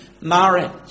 marriage